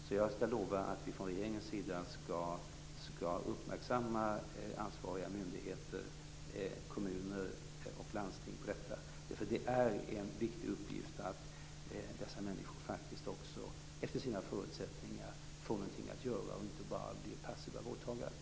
Jag skall därför lova att vi från regeringens sida skall uppmärksamma ansvariga myndigheter, kommuner och landsting på detta, eftersom det är en viktig uppgift att dessa människor faktiskt också efter sina förutsättningar får någonting att göra och inte bara blir passiva vårdtagare.